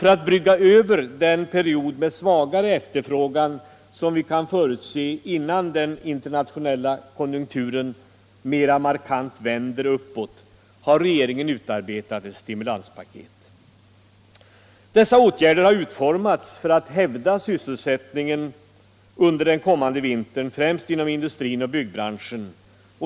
För att brygga över den period med svagare efterfrågan som vi kan förutse innan den internationella konjunkturen mera markant vänder uppåt har regeringen utarbetat ett stimulanspaket. Dessa stimulansåtgärder har utformats för att hävda sysselsättningen under den kommande vintern, främst inom industrin och byggbranschen.